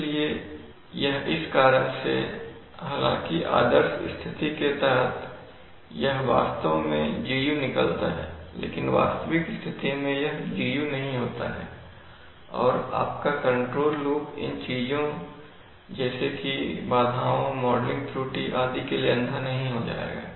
इसलिए यह इस कारण से हालांकि आदर्श स्थिति के तहत यह वास्तव में Gu निकलता है लेकिन वास्तविक स्थिति में यह Gu नहीं होता है और आपका कंट्रोल लूप इन चीजों जैसे कि बाधाओं मॉडलिंग त्रुटि इत्यादि के लिए अंधा नहीं हो जाएगा